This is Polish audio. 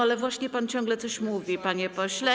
Ale właśnie pan ciągle coś mówi, panie pośle.